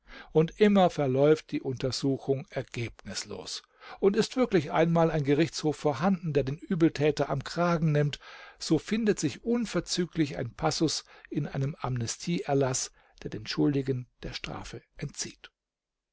und immer verläuft die untersuchung ergebnislos und ist wirklich einmal ein gerichtshof vorhanden der den übeltäter am kragen nimmt so findet sich unverzüglich ein passus in einem amnestieerlaß der den schuldigen der strafe entzieht